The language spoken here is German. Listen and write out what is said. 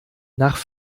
nach